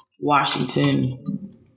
Washington